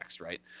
Right